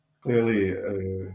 clearly